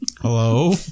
Hello